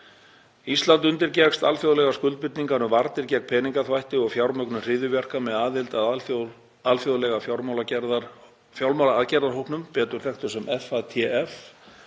Ísland undirgekkst alþjóðlegar skuldbindingar um varnir gegn peningaþvætti og fjármögnun hryðjuverka með aðild að alþjóðlega fjármálaagerðahópnum, betur þekktur sem FATF,